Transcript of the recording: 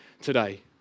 today